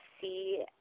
see